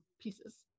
pieces